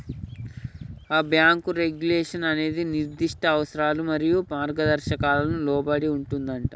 ఆ bank regulation అనేది నిర్దిష్ట అవసరాలు మరియు మార్గదర్శకాలకు లోబడి ఉంటుందంటా